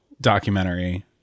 documentary